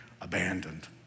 abandoned